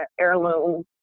heirloom